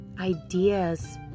ideas